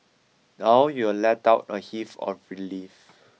now you will let out a heave of relief